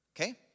Okay